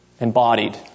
embodied